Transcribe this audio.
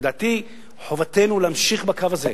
לדעתי, חובתנו להמשיך בקו הזה.